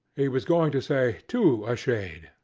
he was going to say to a shade,